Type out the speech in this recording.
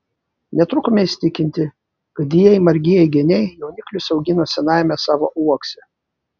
netrukome įsitikinti kad didieji margieji geniai jauniklius augino senajame savo uokse